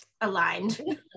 Aligned